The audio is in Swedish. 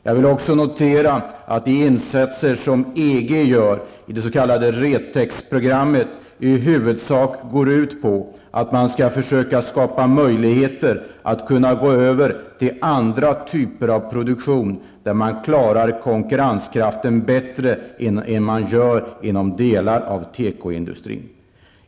Jag vill också notera att de insatser som EG gör inom det s.k. Retex-programmet i huvudsak går ut på att man skall försöka skapa möjligheter för en övergång till andra typer av produktion där man klarar konkurrensen bättre än man gör inom vissa delar av tekoindustrin.